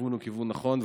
שהכיוון הוא כיוון נכון.